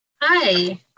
Hi